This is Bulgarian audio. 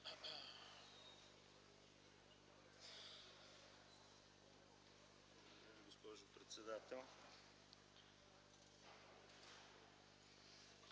Благодаря